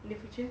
in the future